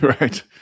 Right